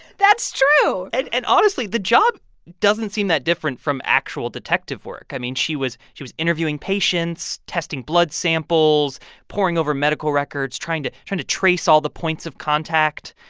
that's true and and honestly, the job doesn't seem that different from actual detective work. i mean, she was she was interviewing patients, testing blood samples, poring over medical records, trying to trying to trace all the points of contact.